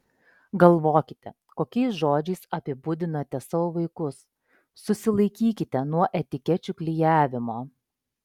galvokite kokiais žodžiais apibūdinate savo vaikus susilaikykite nuo etikečių klijavimo